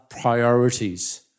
priorities